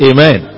Amen